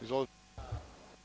Izvolite.